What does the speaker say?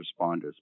responders